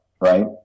right